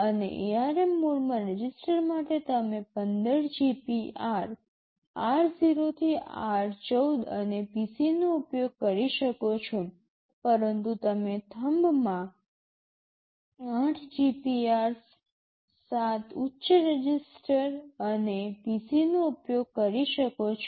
અને ARM મોડમાં register માટે તમે ૧૫ GPR r0 થી r14 અને PC નો ઉપયોગ કરી શકો છો પરંતુ થમ્બમાં તમે ૮ GPRs ૭ ઉચ્ચ રજિસ્ટર અને PC નો ઉપયોગ કરી શકો છો